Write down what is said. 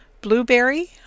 Blueberry